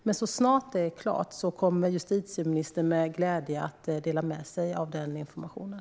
Men så snart det är klart kommer justitieministern med glädje att dela med sig av den informationen.